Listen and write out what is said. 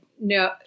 no –